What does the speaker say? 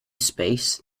space